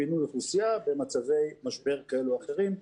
פינוי אוכלוסייה במצבי משבר כאלה ואחרים,